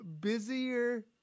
busier